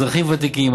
אזרחים ותיקים,